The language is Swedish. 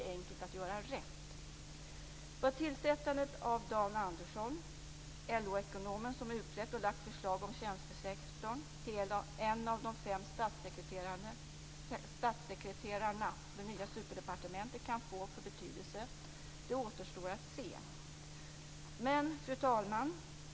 Det måste bli enkelt att göra rätt. ekonomen som har utrett och lagt fram förslag om tjänstesektorn, som en av de fem statssekreterarna i det nya superdepartementet kan få för betydelse återstår att se. Fru talman!